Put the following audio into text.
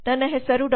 ನನ್ನ ಹೆಸರು ಡಾ